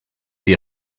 see